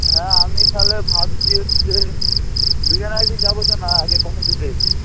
হ্যাঁ আমি তাহলে ভাবছি হচ্ছে দুজনে একদিন যাবো চল না আগে কথা বলে আসি